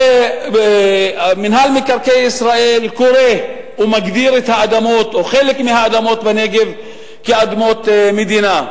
מינהל מקרקעי ישראל קורא ומגדיר חלק מהאדמות בנגב כאדמות מדינה,